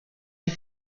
hay